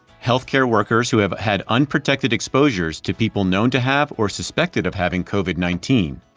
health care workers who have had unprotected exposures to people known to have, or suspected of having covid nineteen.